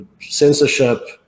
censorship